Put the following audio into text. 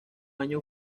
año